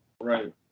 Right